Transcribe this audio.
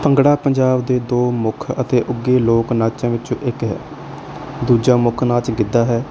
ਭੰਗੜਾ ਪੰਜਾਬ ਦੇ ਦੋ ਮੁੱਖ ਅਤੇ ਉੱਘੇ ਲੋਕ ਨਾਚਾਂ ਵਿੱਚੋਂ ਇੱਕ ਹੈ ਦੂਜਾ ਮੁੱਖ ਨਾਚ ਗਿੱਦਾ ਹੈ